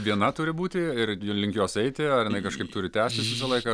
viena turi būti ir link jos eiti ar jinai kažkaip turi tęstis visą laiką